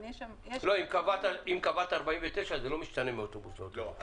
לא, אם קבעת 49 זה לא משתנה מאוטובוס לאוטובוס.